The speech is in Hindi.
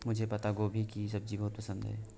मुझे पत्ता गोभी की सब्जी बहुत पसंद है